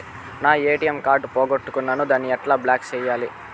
నా ATM card పోగొట్టుకున్నాను, దాన్ని ఎట్లా బ్లాక్ సేయాలి?